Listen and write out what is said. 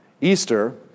Easter